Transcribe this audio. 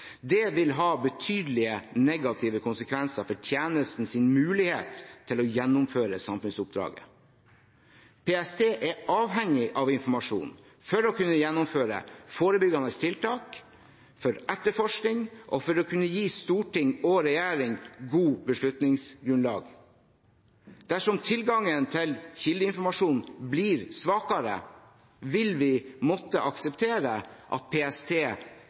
Det vil ha betydelige negative konsekvenser for tjenestens mulighet til å gjennomføre samfunnsoppdraget. PST er avhengig av informasjonen for å kunne gjennomføre forebyggende tiltak, for etterforskning og for å kunne gi storting og regjering godt beslutningsgrunnlag. Dersom tilgangen til kildeinformasjon blir svakere, vil vi måtte akseptere at PST